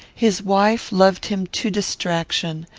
his wife loved him to distraction,